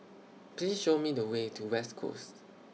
Please Show Me The Way to West Coast